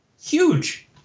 huge